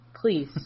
Please